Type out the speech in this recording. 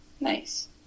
Nice